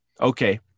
Okay